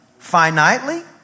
finitely